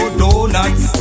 donuts